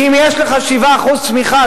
כי אם יש לך 7% צמיחה,